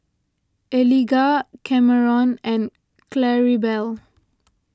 Eliga Kameron and Claribel